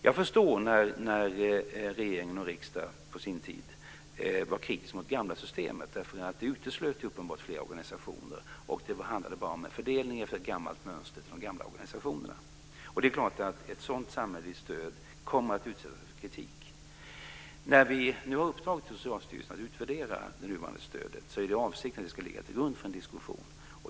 Jag förstår att regeringen och riksdagen på sin tid var kritiska mot det gamla systemet eftersom det uppenbart uteslöt flera organisationer. Det handlade bara om en fördelning efter ett gammalt mönster till de gamla organisationerna. Det är klart att ett sådant samhälleligt stöd kommer att utsättas för kritik. När vi nu har uppdragit till Socialstyrelsen att utvärdera det nuvarande stödet är avsikten att dess utvärdering ska ligga till grund för en diskussion.